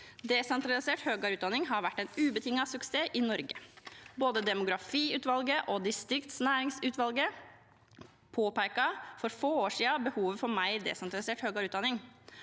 Desentralisert høyere utdanning har vært en ubetinget suksess i Norge. Både demografiutvalget og distriktsnæringsutvalget påpekte for få år siden behovet for mer desentralisert høyere utdanning.